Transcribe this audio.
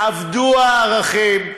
אבדו הערכים,